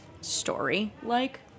story-like